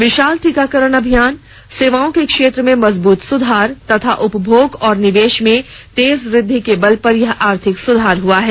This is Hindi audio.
विशाल टीकाकरण अभियान सेवाओं के क्षेत्र में मजबूत सुधार तथा उपभोग और निवेश में तेज वृद्धि के बल पर यह आर्थिक सुधार हुआ है